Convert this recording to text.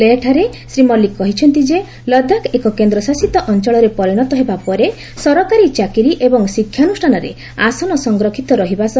ଲେହଠାରେ ଶ୍ରୀ ମଲ୍ଲିକ କହିଛନ୍ତି ଯେ ଲଦାଖ ଏକ କେନ୍ଦ୍ରଶାସିତ ଅଞ୍ଚଳରେ ପରିଣତ ପରେ ସରକାରୀ ଚାକିରି ଏବଂ ଶିକ୍ଷାନୁଷ୍ଠାନରେ ଆସନ୍ ସଂଖ୍ୟା ସଂରକ୍ଷିତ ରଖାଯିବ